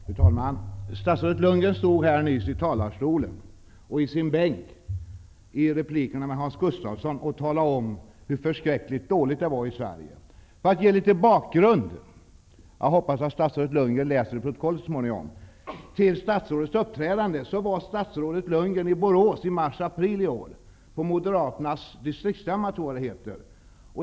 Fru talman! Statsrådet Lundgren stod nyss i talarstolen och i sin bänk och talade i replikerna till Hans Gustafsson om hur förskräckligt dåligt det är i Sverige. För att ge litet bakgrund till statsrådets uppträdande -- jag hoppas att statsrådet Lundgren läser protokollet så småningom -- vill jag tala om vad statsrådet Lundgren sade i Borås i mars eller april i år -- på moderaternas distriksstämma, tror jag det heter.